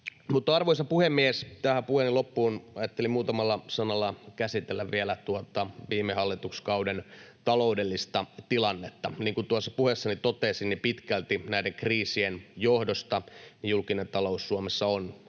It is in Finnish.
arvoisa puhemies, tähän puheeni loppuun ajattelin muutamalla sanalla käsitellä vielä tuota viime hallituskauden taloudellista tilannetta. Niin kuin puheessani totesin, pitkälti näiden kriisien johdosta julkinen talous Suomessa on haastavassa